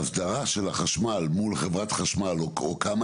ההסדרה של החשמל מול רשות חשמל, או כמה